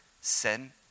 sin